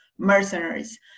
Mercenaries